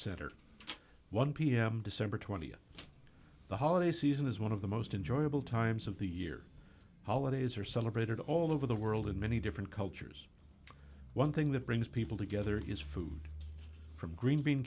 center one pm december th the holiday season is one of the most enjoyable times of the year holidays are celebrated all over the world in many different cultures one thing that brings people together is food from green bean